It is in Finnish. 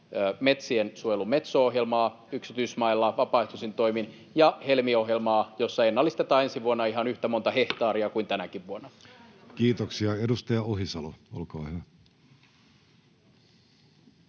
metsien suojelun Metso-ohjelmaa yksityismailla vapaaehtoisin toimin ja Helmi-ohjelmaa, jossa ennallistetaan ensi vuonna ihan yhtä monta hehtaaria kuin tänäkin vuonna. Kiitoksia. — Edustaja Ohisalo, olkaa hyvä.